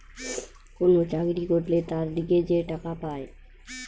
কোন চাকরি করলে তার লিগে যে টাকা পায়